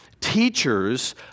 Teachers